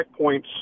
checkpoints